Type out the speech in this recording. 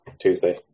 Tuesday